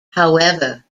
however